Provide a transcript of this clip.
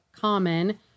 common